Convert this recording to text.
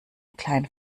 kleinen